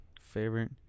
favorite